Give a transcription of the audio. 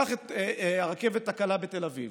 קח את הרכבת הקלה בתל אביב.